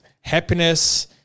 Happiness